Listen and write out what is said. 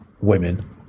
women